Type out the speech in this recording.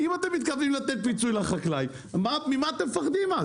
אם אתם מתכוונים לתת פיצוי לחקלאי ממה אתם מפחדים?